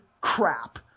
crap